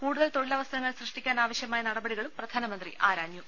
കൂടുതൽ തൊഴി ലവസരങ്ങൾ സൃഷ്ടിക്കാനാവശൃമായ നടപടികളും പ്രധാ നമന്ത്രി ആരാഞ്ഞു